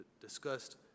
discussed